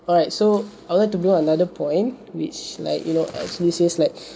alright so I would like to build another point which like you know actually says like